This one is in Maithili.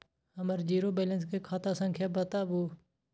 हमर जीरो बैलेंस के खाता संख्या बतबु?